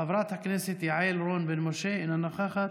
חברת הכנסת יעל רון בן משה, אינה נוכחת,